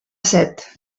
set